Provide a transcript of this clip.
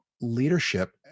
leadership